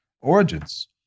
origins